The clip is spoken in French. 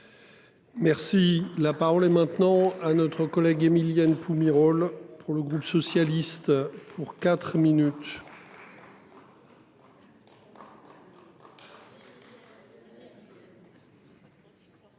Merci la parole est maintenant à notre collègue Émilienne Myrhol pour le groupe socialiste pour 4 minutes.